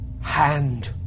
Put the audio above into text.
Hand